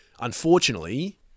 unfortunately